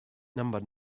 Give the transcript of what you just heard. number